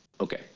Okay